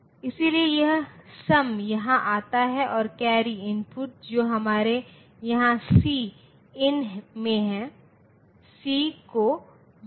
इसलिए मैं पहले 1's कॉम्प्लीमेंट लेता हूं